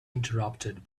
interrupted